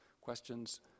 questions